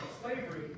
slavery